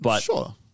sure